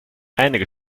einige